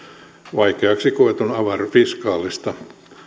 vaikeaksi koetusta avoir fiscalista